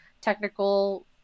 technical